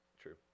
True